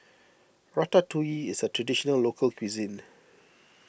Ratatouille is a Traditional Local Cuisine